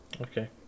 okay